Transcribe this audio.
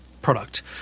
Product